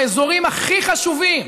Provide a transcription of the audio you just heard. באזורים הכי חשובים,